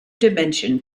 dimension